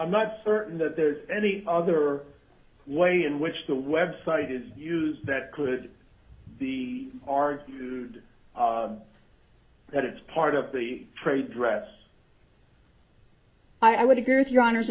i'm not certain that there is any other way in which the website is used that could be argued that it's part of the trade dress i would agree with your hon